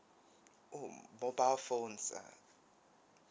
mm mobile phones ah